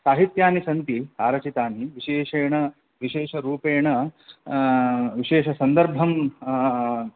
साहित्यानि सन्ति आरचितानि विशेषेण विशेषरूपेण विशेषसन्दर्भं